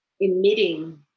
emitting